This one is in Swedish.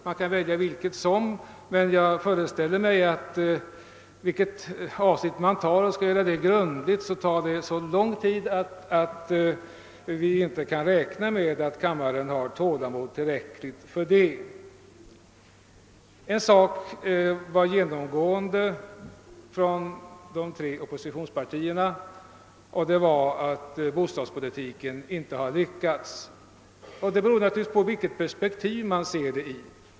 Man kan lägga vilket som helst av detta till underlag för debatten i dag, men jag föreställer mig, att vilket avsnitt man än skulle ta upp, skulle det, om man skall göra det grundligt, ta en så lång tid att vi inte kan räkna med att kammaren har tillräckligt tålamod för en sådan debatt. En sak var genomgående i anförandena från företrädarna för de tre oppositionspartierna, nämligen att bostadspolitiken inte har lyckats. Det beror naturligtvis på i vilket perspektiv man ser det.